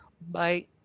Bye